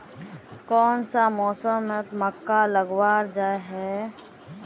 कोन सा मौसम में मक्का लगावल जाय है?